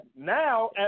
Now